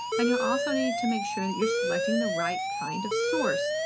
and you'll also need to make sure that you're selecting the right kind of source,